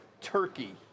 Turkey